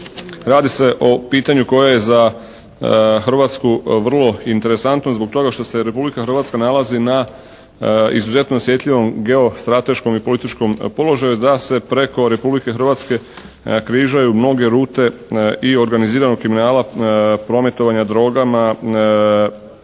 Radi se o pitanju koje je za Hrvatsku vrlo interesantno zbog toga što se Republika Hrvatska nalazi na izuzetno osjetljivom geostrateškom i političkom položaju da se preko Republike Hrvatske križaju mnoge rute i organiziranog kriminala prometovanja drogama,